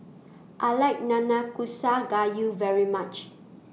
I like Nanakusa Gayu very much